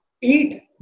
eat